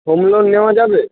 home loan নেওয়া যাবে